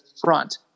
front